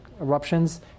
eruptions